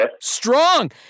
Strong